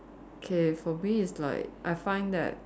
okay for me is like I find that